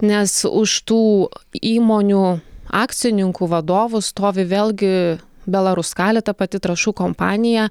nes už tų įmonių akcininkų vadovų stovi vėlgi belaruskali ta pati trąšų kompanija